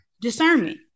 Discernment